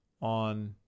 on